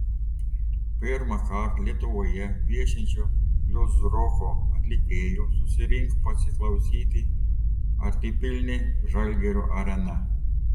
pirmąkart lietuvoje viešinčio bliuzroko atlikėjo susirinko pasiklausyti artipilnė žalgirio arena